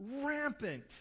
Rampant